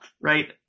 right